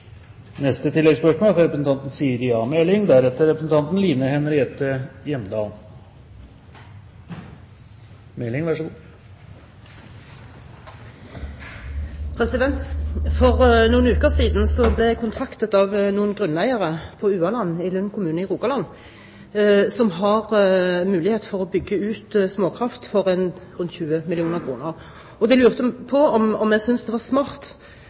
Siri A. Meling – til oppfølgingsspørsmål. For noen uker siden ble jeg kontaktet av noen grunneiere på Ualand, i Lund kommune i Rogaland, som har mulighet for å bygge ut småkraft for rundt 20 mill. kr. De lurte på om jeg syntes det var smart